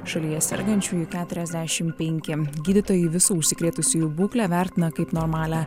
šalyje sergančiųjų keturiasdešimt penki gydytojai visų užsikrėtusiųjų būklę vertina kaip normalią